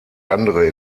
andere